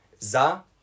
Za